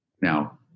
Now